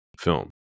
film